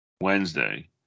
Wednesday